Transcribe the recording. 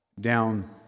down